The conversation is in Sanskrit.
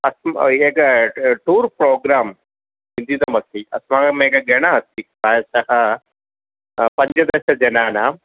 अस्म एक टूर् प्रोग्रां चिन्तितम् अस्ति अस्माकम् एकः गणः अस्ति प्रायशः पञ्चदशजनानाम्